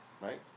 Right